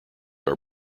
are